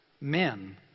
men